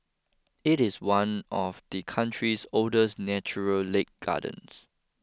it is one of the country's oldest natural lake gardens